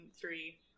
three